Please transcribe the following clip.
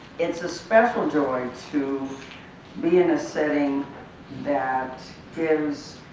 it's a special joy to be in a setting that gives